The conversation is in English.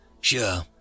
Sure